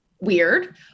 weird